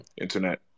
internet